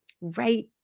right